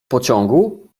pociągu